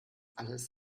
alles